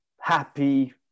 happy